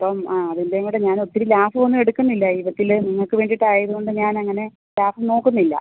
അപ്പം ആ അതിൻ്റെയും കൂടെ ഞാൻ ഒത്തിരി ലാഭമൊന്നും എടുക്കുന്നില്ല നിങ്ങൾക്ക് വേണ്ടിയിട്ടായതുകൊണ്ട് ഞാനങ്ങനെ ലാഭം നോക്കുന്നില്ല